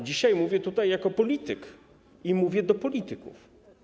Dzisiaj mówię tutaj jako polityk i mówię do polityków.